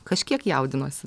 kažkiek jaudinuosi